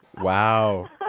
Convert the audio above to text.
Wow